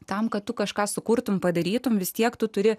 tam kad tu kažką sukurtumei padarytumei vis tiek tu turi